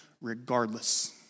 regardless